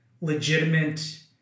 legitimate